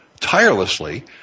Tirelessly